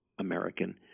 American